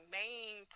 main